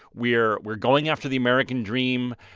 we're we're going after the american dream.